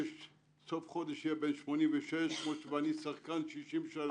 בסוף החודש אהיה בן 86. אני שחקן 60 שנה.